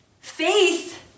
Faith